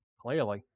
Clearly